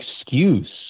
excuse